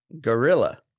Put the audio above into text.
Gorilla